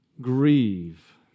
grieve